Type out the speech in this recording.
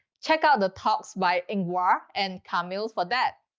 check out the talks by ingvar and camille for that.